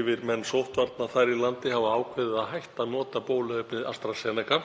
yfirmenn sóttvarna þar í landi hafa ákveðið að hætta að nota bóluefni AstraZeneca